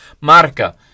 Marca